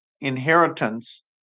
inheritance